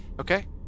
Okay